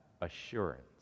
assurance